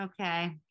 Okay